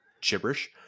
gibberish